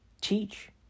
teach